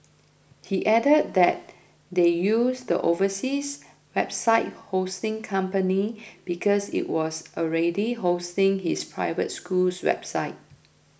he added that they used the overseas website hosting company because it was already hosting his private school's website